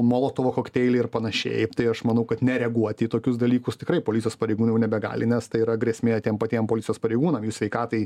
molotovo kokteiliai ir panašiai tai aš manau kad nereaguoti į tokius dalykus tikrai policijos pareigūnai jau nebegali nes tai yra grėsmė tiem patiem policijos pareigūnam jų sveikatai